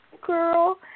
girl